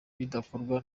bidakorwa